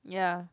ya